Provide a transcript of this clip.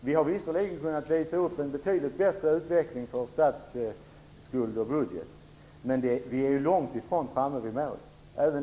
Vi kan visserligen visa upp en betydligt bättre utveckling för statsskuld och budget, men vi är långt ifrån framme vid målet.